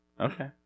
Okay